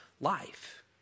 life